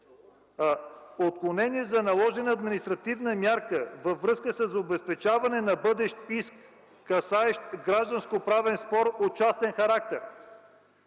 „Отклонение за наложена административна мярка във връзка с обезпечаване на бъдещ иск, касаещ гражданско-правен спор от частен характер.